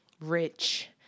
rich